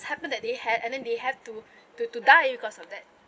happened that they had and then they have to to to die because of that